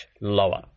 lower